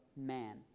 man